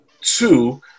Two